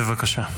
בבקשה.